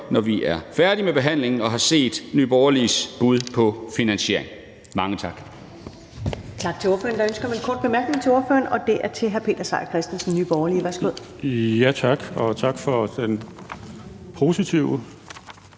når vi er færdige med behandlingen og har set Nye Borgerliges bud på en finansiering. Mange tak.